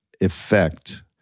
effect